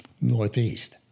northeast